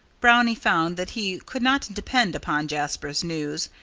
brownie found that he could not depend upon jasper's news.